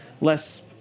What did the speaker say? less